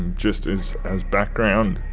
just as as background.